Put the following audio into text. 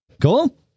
Cool